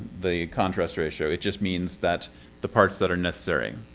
the contrast ratio. it just means that the parts that are necessary.